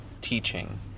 teaching